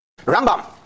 Rambam